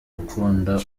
ukunda